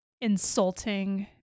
insulting